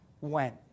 went